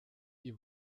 die